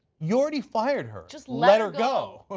you already fired her. just let her go.